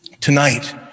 Tonight